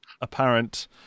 apparent